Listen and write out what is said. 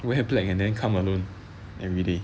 wear blank and then come alone everyday